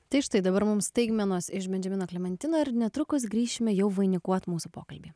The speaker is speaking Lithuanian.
tai štai dabar mums staigmenos iš bendžiamino klementino ir netrukus grįšime jau vainikuot mūsų pokalbį